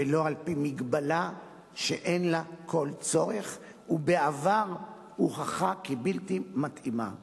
ולא על-פי הגבלה שאין לה כל צורך ובעבר הוכחה כבלתי מתאימה.